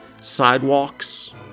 sidewalks